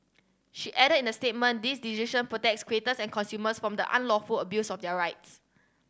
she added in a statement this decision protects creators and consumers from the unlawful abuse of their rights